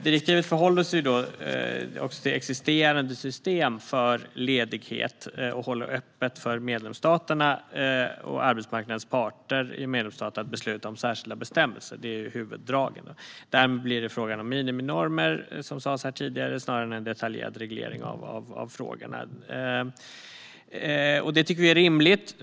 Direktivet förhåller sig också till existerande system för ledighet och håller öppet för medlemsstaterna, och arbetsmarknadens parter i medlemsstaterna, att besluta om särskilda bestämmelser. Det är huvuddragen. Därmed blir det, som sas här tidigare, fråga om miniminormer snarare än en detaljerad reglering av frågorna. Detta tycker vi är rimligt.